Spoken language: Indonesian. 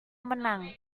menang